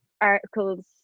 articles